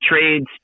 trades